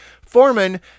Foreman